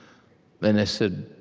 and i said,